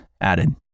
added